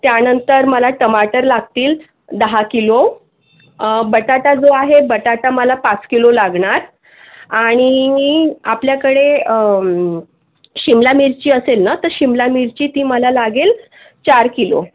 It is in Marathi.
त्यानंतर मला टमाटर लागतील दहा किलो बटाटा जो आहे बटाटा मला पाच किलो लागणार आणि आपल्याकडे शिमला मिरची असेल ना तर शिमला मिरची ती मला लागेल चार किलो